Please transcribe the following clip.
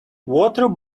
water